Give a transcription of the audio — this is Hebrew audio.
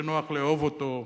שנוח לאהוב אותו.